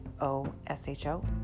O-S-H-O